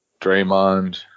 Draymond